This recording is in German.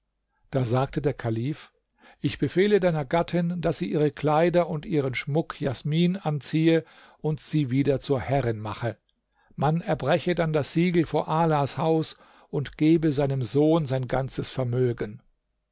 da sagte der kalif ich befehle deiner gattin daß sie ihre kleider und ihren schmuck jasmin anziehe und sie wieder zur herrin mache man erbreche dann das siegel vor alas haus und gebe seinem sohn sein ganzes vermögen